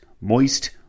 Moist